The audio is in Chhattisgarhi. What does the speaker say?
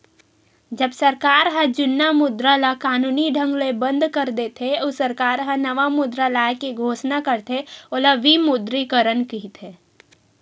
जब सरकार ह जुन्ना मुद्रा ल कानूनी ढंग ले बंद कर देथे, अउ सरकार ह नवा मुद्रा लाए के घोसना करथे ओला विमुद्रीकरन कहिथे